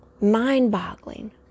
mind-boggling